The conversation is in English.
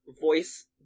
voice